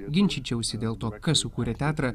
ginčyčiausi dėl to kas sukūrė teatrą